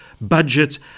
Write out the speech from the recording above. budgets